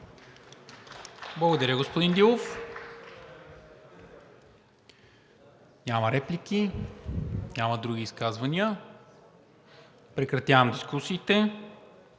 Благодаря, господин Дилов. Няма реплики, няма други изказвания. Прекратявам дискусиите.